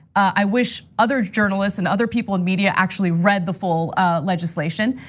i wish other journalists and other people in media actually read the full legislation.